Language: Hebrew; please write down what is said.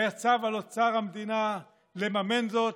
ויצו על אוצר המדינה לממן זאת,